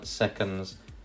seconds